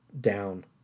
down